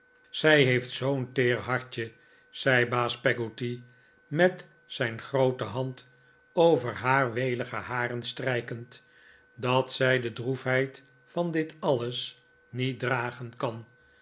zij heeft zoo'n teer hartje zei baas peggotty met zijn groote hand over haar welige haren strijkend dat zij de droefheid van dit alles niet dragen kan